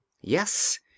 Yes